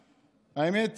ככה: האומה היהודית